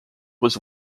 was